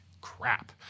crap